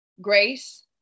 grace